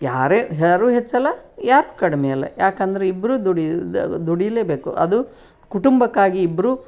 ಯಾರೇ ಯಾರೂ ಹೆಚ್ಚಲ್ಲ ಯಾರೂ ಕಡಿಮೆ ಅಲ್ಲ ಯಾಕಂದ್ರೆ ಇಬ್ಬರೂ ದುಡಿಯೋದಾಗ ದುಡಿಲೇ ಬೇಕು ಅದು ಕುಟುಂಬಕ್ಕಾಗಿ ಇಬ್ಬರೂ